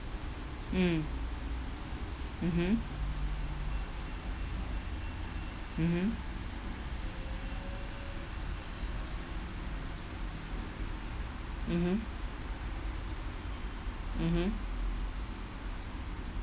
mm mmhmm mmhmm mmhmm mmhmm